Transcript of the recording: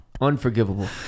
Unforgivable